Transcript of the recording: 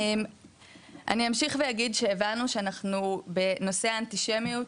אני אמשיך והגיד שהבנו שאנחנו בנושא האנטישמיות,